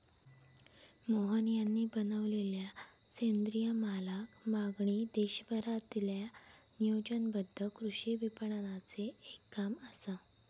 मोहन यांनी बनवलेलला सेंद्रिय मालाक मागणी देशभरातील्या नियोजनबद्ध कृषी विपणनाचे एक काम असा